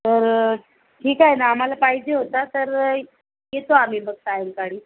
तर ठीक आहे ना आम्हाला पाहिजे होतं तर येतो आम्ही मग सायंकाळी